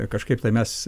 kažkaip tai mes